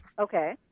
okay